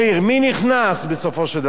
מי נכנס בסופו של דבר?